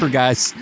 guys